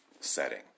setting